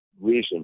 reason